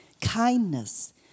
kindness